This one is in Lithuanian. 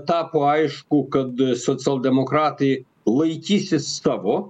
tapo aišku kad socialdemokratai laikysis savo